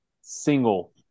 single